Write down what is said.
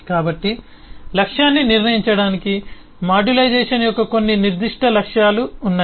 కాబట్టి లక్ష్యాన్ని నిర్ణయించడానికి మాడ్యులైజేషన్ యొక్క కొన్ని నిర్దిష్ట లక్ష్యాలు ఉన్నాయి